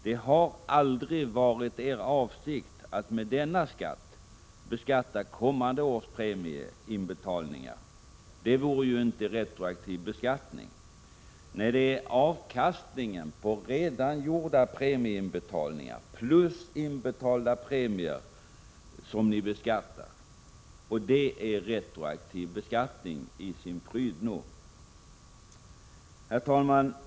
Det har aldrig varit er avsikt att med denna skatt beskatta kommande års premieinbetalningar. Det vore ju inte retroaktiv beskattning. Nej, det är avkastningen på redan gjorda premieinbetalningar och premierna själva som ni beskattar. Och det är retroaktiv beskattning i sin prydno. Herr talman!